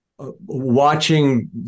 watching